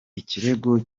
ikirego